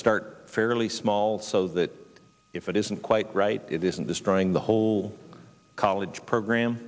start fairly small so that if it isn't quite right it isn't destroying the whole college program